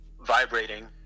vibrating